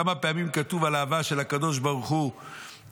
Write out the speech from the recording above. כמה פעמים כתוב על האהבה של הקדוש ברוך הוא